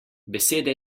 beseda